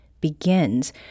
begins